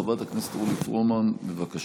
חברת הכנסת אורלי פרומן, בבקשה.